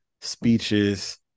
speeches